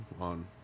on